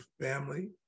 family